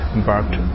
embarked